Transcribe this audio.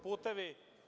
Putevi.